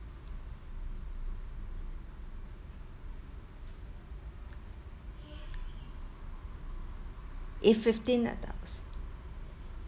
if fifteen adults